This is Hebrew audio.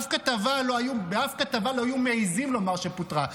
באף כתבה לא היו מעיזים לומר שפוטרה.